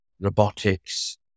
robotics